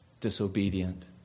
disobedient